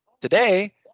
today